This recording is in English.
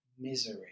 Misery